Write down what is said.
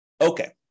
Okay